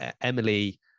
Emily